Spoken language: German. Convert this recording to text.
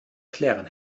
klären